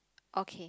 okay